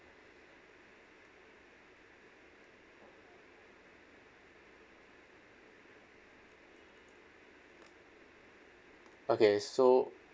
okay so